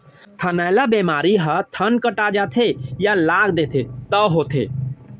थनैला बेमारी ह थन कटा जाथे या लाग देथे तौ होथे